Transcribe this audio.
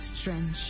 strange